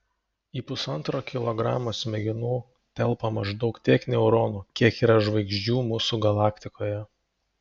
į pusantro kilogramo smegenų telpa maždaug tiek neuronų kiek yra žvaigždžių mūsų galaktikoje